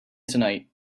tonight